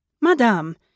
Madame